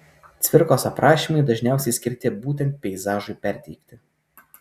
cvirkos aprašymai dažniausiai skirti būtent peizažui perteikti